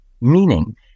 Meaning